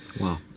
Wow